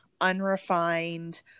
unrefined